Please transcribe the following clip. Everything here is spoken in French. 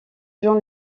jean